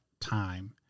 time